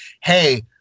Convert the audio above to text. hey